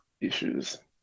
issues